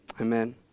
amen